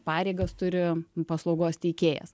pareigas turi paslaugos teikėjas